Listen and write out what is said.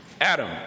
Adam